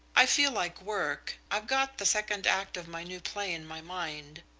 i feel like work. i've got the second act of my new play in my mind.